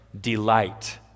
delight